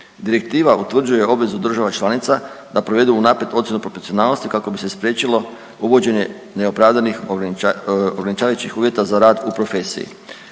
Direktiva utvrđuje obvezu država članica da provedu unaprijed ocjenu proporcionalnosti kako bi se spriječilo uvođenje neopravdanih ograničavajućih uvjeta za rad u profesiji.